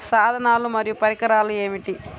సాధనాలు మరియు పరికరాలు ఏమిటీ?